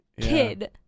kid